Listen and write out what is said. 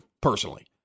personally